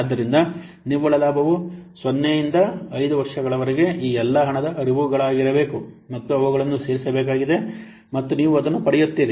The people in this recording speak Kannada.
ಆದ್ದರಿಂದ ನಿವ್ವಳ ಲಾಭವು 0 ರಿಂದ 5 ವರ್ಷಗಳವರೆಗೆ ಈ ಎಲ್ಲ ಹಣದ ಹರಿವುಗಳಾಗಿರಬೇಕು ಮತ್ತು ಅವುಗಳನ್ನು ಸೇರಿಸಬೇಕಾಗಿದೆ ಮತ್ತು ನೀವು ಅದನ್ನು ಪಡೆಯುತ್ತೀರಿ